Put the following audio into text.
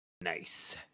nice